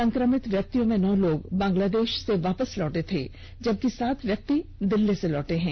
संक्रमित व्यक्तियों में नौ लोग बांग्लादेश से वापस लौटे थे जबकि सात व्यक्ति दिल्ली से लौटे थे